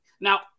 now